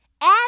Add